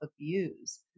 abuse